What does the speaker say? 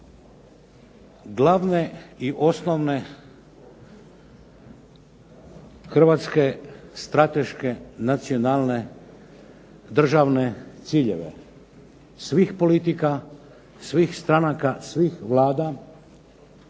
glavne i osnovne hrvatske strateške nacionalne državne ciljeve svih politika, svih stranaka, svih vlada.